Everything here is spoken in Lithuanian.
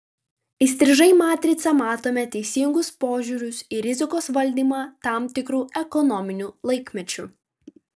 įstrižai matricą matome teisingus požiūrius į rizikos valdymą tam tikru ekonominiu laikmečiu